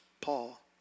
Paul